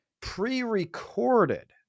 pre-recorded